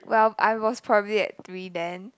well I was probably at three then